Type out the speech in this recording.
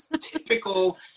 typical